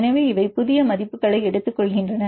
எனவே இவை புதிய மதிப்புகளை எடுத்துக்கொள்கின்றன